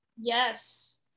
Yes